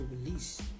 release